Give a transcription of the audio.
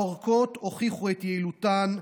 הערכות הוכיחו את יעילותן,